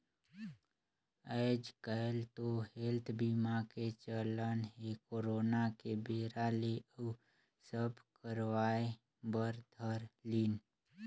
आएज काएल तो हेल्थ बीमा के चलन हे करोना के बेरा ले अउ सब करवाय बर धर लिन